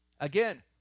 again